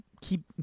keep